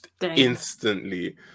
instantly